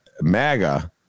MAGA